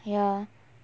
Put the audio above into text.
ya